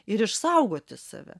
ir išsaugoti save